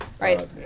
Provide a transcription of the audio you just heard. Right